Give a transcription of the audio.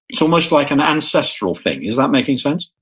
it's almost like an ancestral thing. is that making sense?